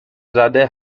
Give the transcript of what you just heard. زده